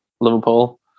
Liverpool